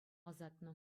ӑсатнӑ